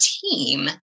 team